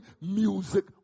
music